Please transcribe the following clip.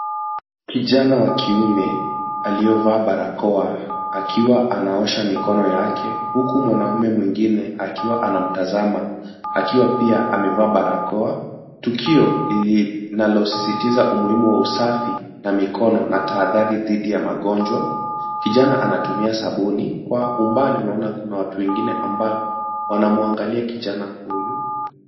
Kijana wa kiume, aliyevaa barakoa akiwa anaosha mikono yake, huku mwanaume mwingine akiwa anamtazama, akiwa pia amevaa barakoa .Tukio linalosisistiza umuhimu wa usafi wa mikono na tahadhari dhidi ya magonjwa .Kijana anatumia sabuni .Kwa umbali unaona kuna watu wengine ambao wanamwangalia kijana huyu.